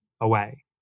away